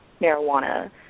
marijuana